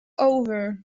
over